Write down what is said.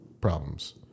problems